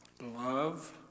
Love